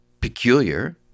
peculiar